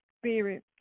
spirit